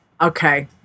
Okay